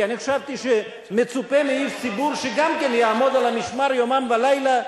כי אני חשבתי שמצופה מאיש ציבור שגם כן יעמוד על המשמר יומם ולילה,